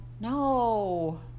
No